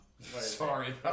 sorry